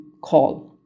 call